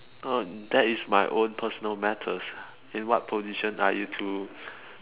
oh that is my own personal matters in what position are you to